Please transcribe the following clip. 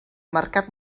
mercat